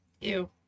Ew